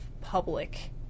public